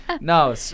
No